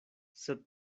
sed